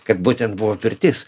kad būtent buvo pirtis